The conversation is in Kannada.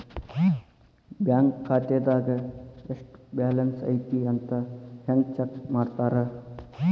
ಬ್ಯಾಂಕ್ ಖಾತೆದಾಗ ಎಷ್ಟ ಬ್ಯಾಲೆನ್ಸ್ ಐತಿ ಅಂತ ಹೆಂಗ ಚೆಕ್ ಮಾಡ್ತಾರಾ